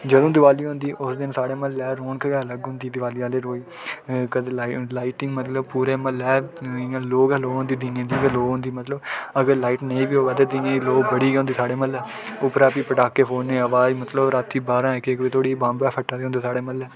जदूं दिवाली होंदी उस दिन साढ़े म्हल्ले रौनक गै अलग होंदी दिवाली आह्ले रोज़ कन्नै लाईटिंग पूरे म्हल्लै इ'यां लोऽ गै लोऽ होंदी दीएं दी लोऽ होंदी मतलब अगर लाईट नेईं बी होऐ ते केईं केईं लोऽ बड़ी गै होंदी साढ़े म्हल्लै उप्परा फ्ही पटाके फोड़ने अवाज़ मतलब बारां बारां बज्जे धोड़ी बंब फट्टा दे होंदे साढ़े म्हल्ले